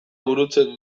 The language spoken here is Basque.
burutzen